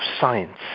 science